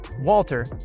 Walter